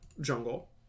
jungle